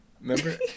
Remember